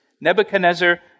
Nebuchadnezzar